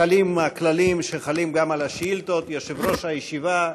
חלים הכללים שחלים גם על השאילתות: יושב-ראש הישיבה,